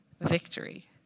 victory